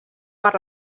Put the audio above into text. per